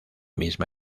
misma